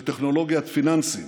של טכנולוגיית פיננסים,